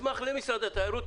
מסמך למשרד התיירות,